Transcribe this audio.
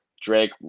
Drake